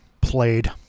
played